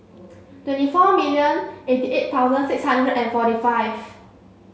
twenty four million eighty eight thousand six hundred and forty five